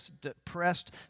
depressed